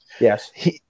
Yes